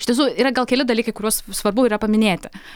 iš tiesų yra gal keli dalykai kuriuos svarbu yra paminėti